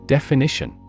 Definition